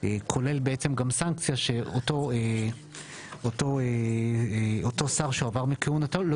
כולל גם סנקציה שאותו שר שהועבר מכהונתו לא